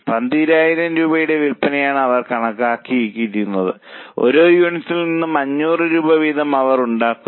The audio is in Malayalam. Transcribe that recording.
12000 രൂപയുടെ വിൽപ്പനയാണ് അവർ കണക്കാക്കിയിരിക്കുന്നത് ഓരോ യൂണിറ്റിൽ നിന്നും 500 രൂപ വീതം അവർ ഉണ്ടാക്കുന്നു